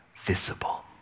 visible